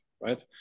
right